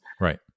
Right